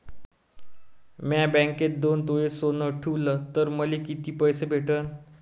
म्या बँकेत दोन तोळे सोनं ठुलं तर मले किती पैसे भेटन